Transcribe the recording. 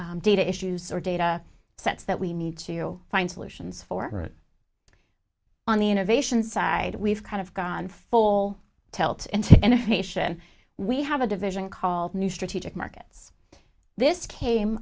data issues or data sets that we need to find solutions for on the innovation side we've kind of gone full tilt and integration we have a division called new strategic markets this came